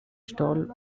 strolled